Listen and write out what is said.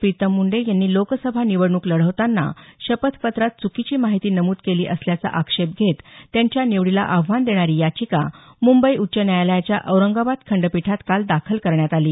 प्रीतम मुंडे यांनी लोकसभा निवडणूक लढवतांना शपथपत्रात चुकीची माहिती नमूद केली असल्याचा आक्षेप घेत त्यांच्या निवडीला आव्हान देणारी याचिका मुंबई उच्च न्यायालयाच्या औरंगाबाद खंडपीठात काल दाखल करण्यात आली